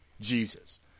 Jesus